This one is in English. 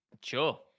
Sure